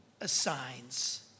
assigns